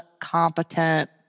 competent